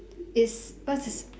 it's what's this